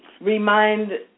remind